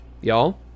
y'all